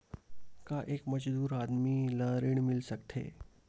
का एक मजदूर आदमी ल ऋण मिल सकथे?